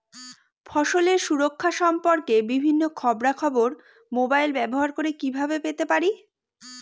ফসলের সুরক্ষা সম্পর্কে বিভিন্ন খবরা খবর মোবাইল ব্যবহার করে কিভাবে পেতে পারি?